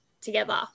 together